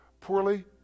poorly